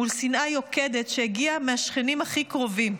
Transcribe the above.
מול שנאה יוקדת שהגיעה מהשכנים הכי קרובים.